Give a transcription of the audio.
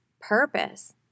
purpose